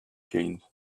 chains